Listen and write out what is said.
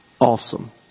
awesome